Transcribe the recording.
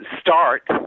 start –